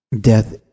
death